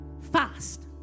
fast